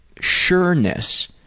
sureness